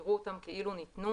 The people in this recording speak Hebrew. יראו אותם כאילו ניתנו